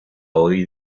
hoy